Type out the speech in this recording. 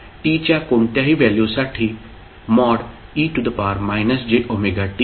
t च्या कोणत्याही व्हॅल्यूसाठी